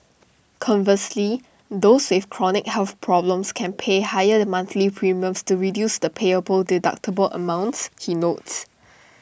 conversely those with chronic health problems can pay higher monthly premiums to reduce the payable deductible amounts he notes